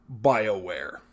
Bioware